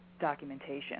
documentation